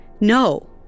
No